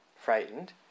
frightened